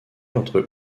entre